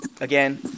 again